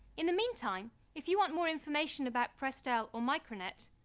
in the meantime, if you want more information about prestel or micronet.